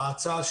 ההצעה,